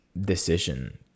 decision